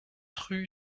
rue